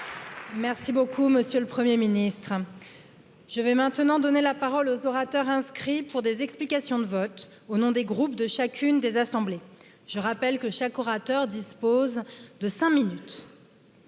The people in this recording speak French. Merci beaucoup, M.. le 1ᵉʳ ministre, Je vais maintenant donner la parole aux orateurs inscrits pour des explications de vote au nom des groupes de chacune des assemblées. Je rappelle que chaque orateur dispose de 5 min.